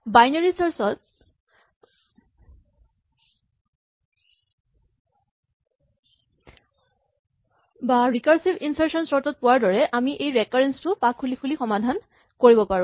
binary search বা recursive insertion sort ত পোৱাৰ দৰে আমি এই ৰেকাৰেঞ্চ টো পাক খুলি খুলি সমাধান কৰিব পাৰো